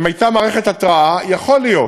אם הייתה מערכת התרעה, יכול להיות